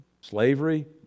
slavery